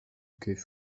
recueils